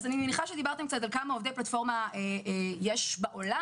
אני מניחה שדיברתם על כמה עובדי פלטפורמה יש בעולם.